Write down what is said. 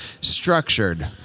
structured